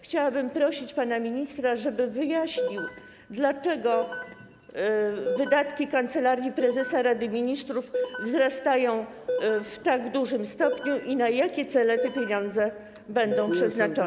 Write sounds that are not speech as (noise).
Chciałbym prosić pana ministra, żeby wyjaśnił, (noise) dlaczego wydatki Kancelarii Prezesa Rady Ministrów wzrastają w tak dużym stopniu i na jakie cele te pieniądze będą przeznaczone.